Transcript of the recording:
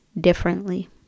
differently